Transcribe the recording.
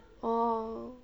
oh